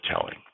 telling